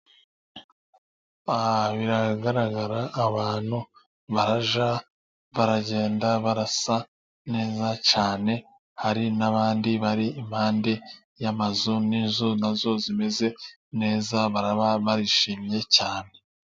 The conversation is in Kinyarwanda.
Biragaragara abantu barajya baragenda barasa neza cyane, hari n' abandi bari impande y' amazu, ni nzu nazo zimeze neza, baraba bishimye cyane.